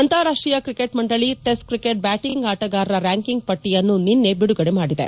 ಅಂತಾರಾಷ್ಟೀಯ ಕ್ರಿಕೆಟ್ ಮಂಡಳಿ test cricket batting ಆಟಗಾರರ ರ್ಸ್ಕಾಂಕಿಂಗ್ ಪಟ್ಟಿಯನ್ನು ನಿನ್ನೆ ಬಿಡುಗಡೆಮಾಡಿದೆ